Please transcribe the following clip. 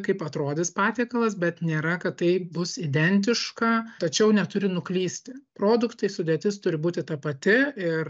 kaip atrodys patiekalas bet nėra kad tai bus identiška tačiau neturi nuklysti produktai sudėtis turi būti ta pati ir